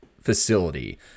facility